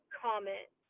comment